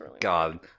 god